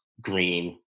green